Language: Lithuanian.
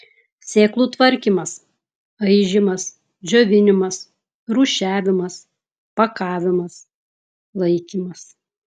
sėklų tvarkymas aižymas džiovinimas rūšiavimas pakavimas laikymas